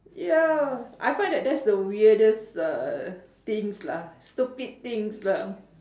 ya I find that that's the weirdest uhh things lah stupid things lah